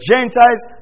Gentiles